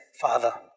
Father